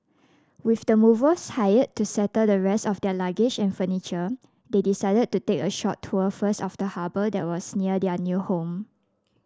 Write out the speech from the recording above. with the movers hired to settle the rest of their luggage and furniture they decided to take a short tour first of the harbour that was near their new home